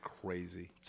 crazy